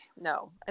No